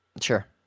Sure